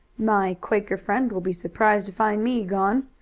my quaker friend will be surprised to find me gone.